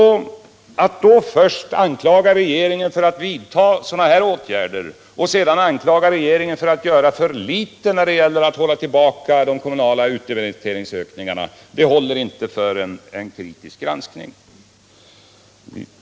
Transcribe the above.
Att då anklaga regeringen först för att den vidtar sådana här åtgärder och sedan för att den gör för litet när det gäller att hålla tillbaka de kommunala utdebiteringsökningarna håller inte för en kritisk granskning.